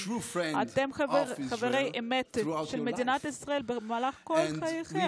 אתם חברי אמת של מדינת ישראל במהלך חייכם,